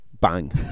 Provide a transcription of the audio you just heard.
bang